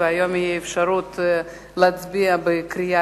והיום תהיה אפשרות להצביע בקריאה